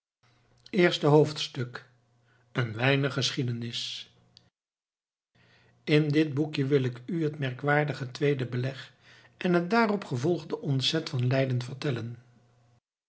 eerste hoofdstuk een weinig geschiedenis in dit boekje wil ik u het merkwaardige tweede beleg en het daarop gevolgde ontzet van leiden vertellen